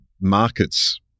markets